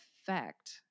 effect